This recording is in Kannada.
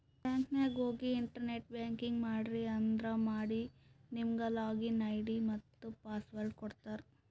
ಬ್ಯಾಂಕ್ ನಾಗ್ ಹೋಗಿ ಇಂಟರ್ನೆಟ್ ಬ್ಯಾಂಕಿಂಗ್ ಮಾಡ್ರಿ ಅಂದುರ್ ಮಾಡಿ ನಿಮುಗ್ ಲಾಗಿನ್ ಐ.ಡಿ ಮತ್ತ ಪಾಸ್ವರ್ಡ್ ಕೊಡ್ತಾರ್